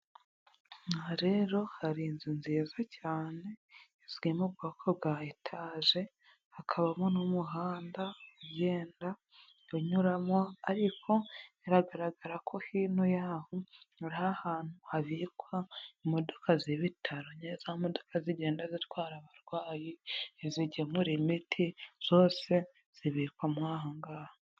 Aha rero hari inzu nziza cyane, ziri mu bwoko bwa etaje, hakabamo n'umuhanda, ugenda unyuramo, ariko biragaragara ko hino yaho, ari ahantu habikwa imodoka z'ibitaro, za modoka zigenda zitwara abarwayi, izigemura imiti, zose zibikwa mo aha ngaha.